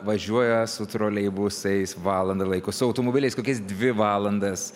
važiuoja su troleibusais valandą laiko su automobiliais kokias dvi valandas